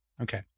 Okay